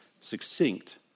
succinct